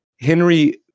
Henry